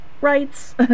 rights